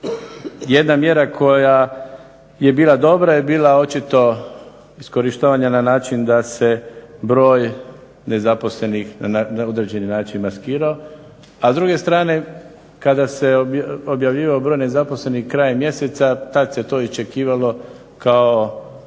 jedna mjera koja je bila dobra, je bila očito iskorištavanje na način da se broj nezaposlenih na određeni način maskirao. A s druge strane, kada se objavljivao broj nezaposlenih krajem mjeseca, tada se to iščekivalo kao